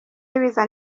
y’ibiza